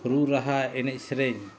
ᱨᱩ ᱨᱟᱦᱟ ᱮᱱᱮᱡ ᱥᱮᱨᱮᱧ